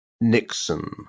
Nixon